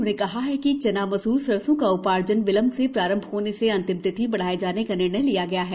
उन्होंने कहा है कि चना मसूर सरसों का उपार्जन विलंब से प्रारंभ होने से अंतिम तिथि बढ़ाये जाने का निर्णय लिया गया है